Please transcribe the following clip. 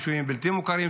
יישובים בלתי מוכרים,